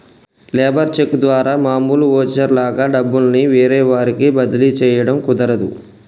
labour cheque ద్వారా మామూలు voucher లాగా డబ్బుల్ని వేరే వారికి బదిలీ చేయడం కుదరదు